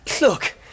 Look